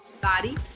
body